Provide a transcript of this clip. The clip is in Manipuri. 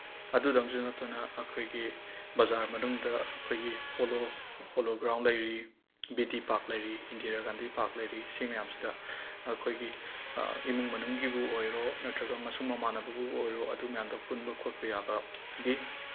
ꯑꯗꯨꯗꯪꯁꯨ ꯅꯠꯇꯅ ꯑꯩꯈꯣꯏꯒꯤ ꯕꯖꯥꯔ ꯃꯅꯨꯡꯗ ꯑꯩꯈꯣꯏꯒꯤ ꯄꯣꯂꯣ ꯄꯣꯂꯣ ꯒ꯭ꯔꯥꯎꯟ ꯂꯩꯔꯤ ꯕꯤ ꯇꯤ ꯄꯥꯔꯛ ꯂꯩꯔꯤ ꯏꯟꯗꯤꯔꯥ ꯒꯥꯟꯙꯤ ꯄꯥꯔꯛ ꯂꯩꯔꯤ ꯁꯤ ꯃꯌꯥꯝꯁꯤꯗ ꯑꯩꯈꯣꯏꯒꯤ ꯏꯃꯨꯡ ꯃꯅꯨꯡꯒꯤꯕꯨ ꯑꯣꯏꯔꯣ ꯅꯠꯇ꯭ꯔꯒ ꯃꯁꯨꯡ ꯃꯃꯥꯟꯅꯕꯕꯨ ꯑꯣꯏꯔꯣ ꯑꯗꯨ ꯃꯌꯥꯝꯗꯣ ꯄꯨꯟꯕ ꯈꯣꯠꯄ ꯌꯥꯕꯒꯤ